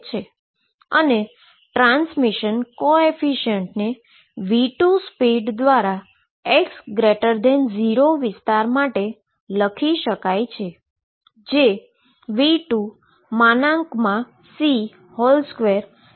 અને ટ્રાન્સમીશન કોએફીશીઅન્ટને v2 speed દ્વારા x0 વિસ્તાર માટે લખી શકાય છે જે v2C2v1A2 મળે છે